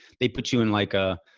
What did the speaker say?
they put you in like a,